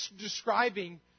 describing